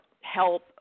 help